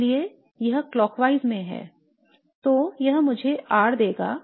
इसलिए यह घड़ी की दिशा में है तो यह मुझे R देगा